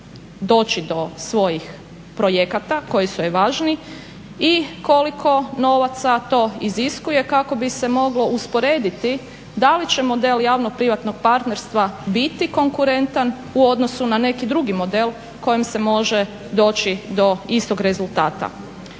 doći do svojih projekata koji su joj važni i koliko novaca to iziskuje kako bi se moglo usporediti da li će model javno-privatnog partnerstva biti konkurentan u odnosu na neki drugi model kojim se može doći do istog rezultata.